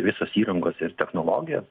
visos įrangos ir technologijos